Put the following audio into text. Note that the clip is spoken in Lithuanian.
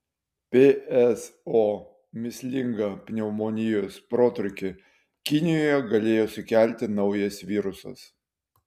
pso mįslingą pneumonijos protrūkį kinijoje galėjo sukelti naujas virusas